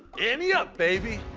ante up, baby.